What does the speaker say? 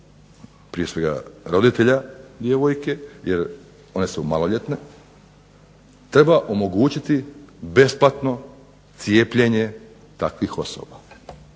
prije svega roditelja djevojke, jer one su maloljetne, treba omogućiti besplatno cijepljenje takvih osoba.